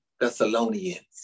Thessalonians